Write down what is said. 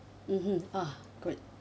mmhmm ah good